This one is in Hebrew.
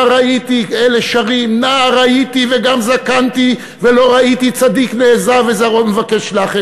אלה שרים: "נער הייתי וגם זקנתי ולא ראיתי צדיק נעזב וזרעו מבקש לחם".